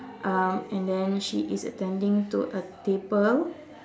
um and then she is attending to a table